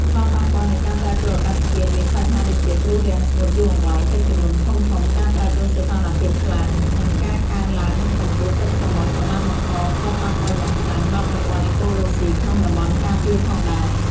ផលប៉ះពាល់នៃការប្រែប្រួលអាកាសធាតុមាន បញ្ហាដូចជាគ្រោះរាំងស្ងួតយូរអង្វែង ទឹកជំនន់ធំៗ ការប្រែប្រួលសីតុណ្ហភាពខ្លាំង និងការកើនឡើងកម្ពស់ទឹកសមុទ្រ ក៏បានបង្កផលប៉ះពាល់យ៉ាងខ្លាំងដល់ប្រព័ន្ធអេកូឡូស៊ីក្នុងតំបន់ការពារផងដែរ។